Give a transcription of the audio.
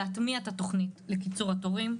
להטמיע את התוכנית לקיצור התורים,